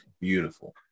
beautiful